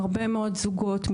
הרבה מאוד משפחות,